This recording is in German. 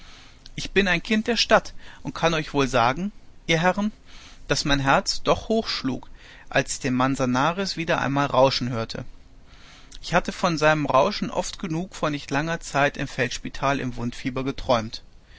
ich bin ein kind der stadt und kann euch wohl sagen ihr herren daß mein herz doch hoch schlug als ich den manzanares wieder einmal rauschen hörte ich hatte von seinem rauschen oft genug vor nicht langer zeit im feldspital im wundfieber geträumt